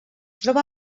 troba